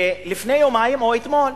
לפני יומיים, או אתמול,